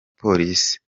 polisi